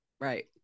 right